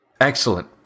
excellent